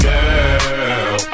Girl